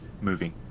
moving